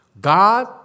God